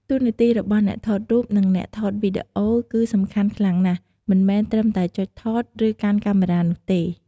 តួនាទីរបស់អ្នកថតរូប និងអ្នកថតវីដេអូគឺសំខាន់ខ្លាំងណាស់ មិនមែនត្រឹមតែចុចថត ឬកាន់កាមេរ៉ានោះទេ។